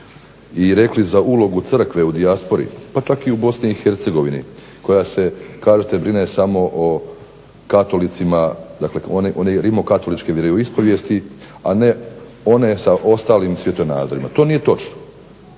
i rekli za ulogu Crkve u dijaspori pa čak i u BiH koja se kažete brine samo o katolicima, dakle onima rimokatoličke vjeroispovijesti, a ne one sa ostalim svjetonazorima. To nije točno.